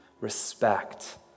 respect